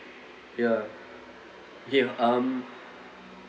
ya okay um